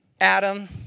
Adam